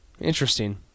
Interesting